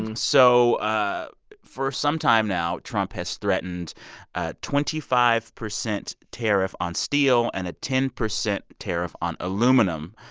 and so ah for some time now, trump has threatened a twenty five percent tariff on steel and a ten percent tariff on aluminum.